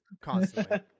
Constantly